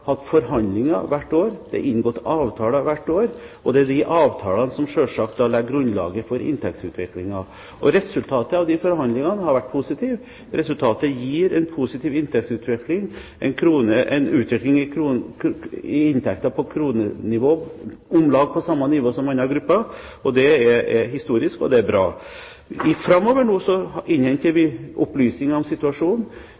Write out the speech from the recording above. legger grunnlaget for inntektsutviklingen. Resultatet av de forhandlingene har vært positivt. Resultatet gir en positiv inntektsutvikling, en utvikling av inntekten på kronenivå om lag på samme nivå som andre grupper. Det er historisk, og det er bra. Framover nå innhenter vi opplysninger om situasjonen fra ulike hold. Vi avventer organisasjonenes krav, og så